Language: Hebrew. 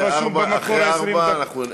אני רשום במקור, 20 דקות.